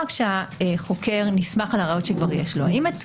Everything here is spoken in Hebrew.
האם זה